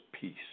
peace